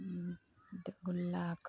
दू लाख